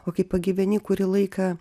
o kai pagyveni kurį laiką